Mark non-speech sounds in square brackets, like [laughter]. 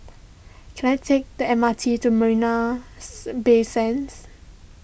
can I take the M R T to Marina [unintelligible] Bay Sands